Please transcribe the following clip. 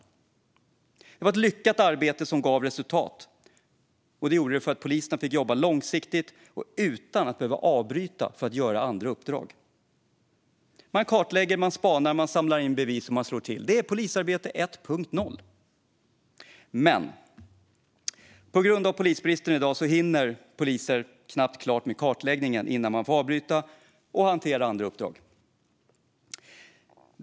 Detta var ett lyckat arbete som gav resultat genom att poliserna fick jobba långsiktigt och utan att behöva avbryta för andra uppdrag. Man kartlägger, man spanar, man samlar in bevis och man slår till. Det är polisarbete 1.0. Men på grund av polisbristen i dag hinner poliserna knappt klart med kartläggningen innan man måste avbryta för att hantera andra uppdrag.